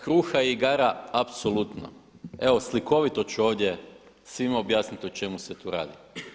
Kruga i igara apsolutno, evo slikovito ću ovdje svima objasniti o čemu se tu radi.